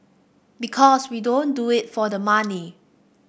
because we don't do it for the money